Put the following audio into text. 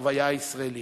בחוויה הישראלית.